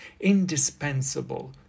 indispensable